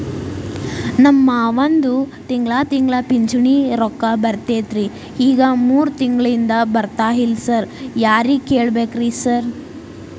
ನಮ್ ಮಾವಂದು ತಿಂಗಳಾ ತಿಂಗಳಾ ಪಿಂಚಿಣಿ ರೊಕ್ಕ ಬರ್ತಿತ್ರಿ ಈಗ ಮೂರ್ ತಿಂಗ್ಳನಿಂದ ಬರ್ತಾ ಇಲ್ಲ ಸಾರ್ ಯಾರಿಗ್ ಕೇಳ್ಬೇಕ್ರಿ ಸಾರ್?